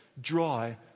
dry